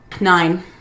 Nine